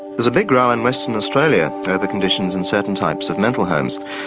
there's a big row in western australia over conditions in certain types of mental homes.